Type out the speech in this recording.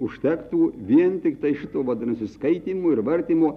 užtektų vien tiktai šito vadinasi skaitymo ir vartymo